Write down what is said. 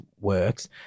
works